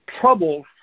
troubles